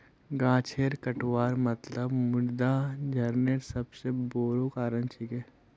गाछेर कटवार मतलब मृदा क्षरनेर सबस बोरो कारण छिके